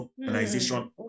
organization